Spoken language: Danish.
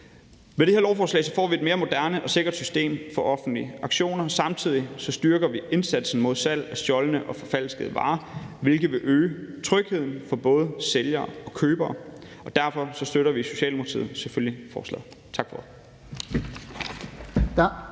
Med det her lovforslag får vi et mere moderne og sikkert system for offentlige auktioner. Samtidig styrker vi indsatsen mod salg af stjålne og forfalskede varer, hvilket vil øge trygheden for både sælgere og købere, og derfor støtter vi i Socialdemokratiet selvfølgelig forslaget. Tak for ordet.